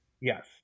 Yes